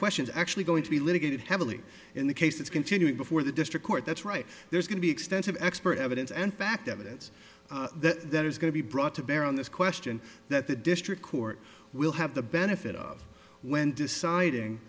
questions actually going to be litigated heavily in the cases continuing before the district court that's right there's going to be extensive expert evidence and fact evidence that that is going to be brought to bear on this question that the district court will have the benefit of when deciding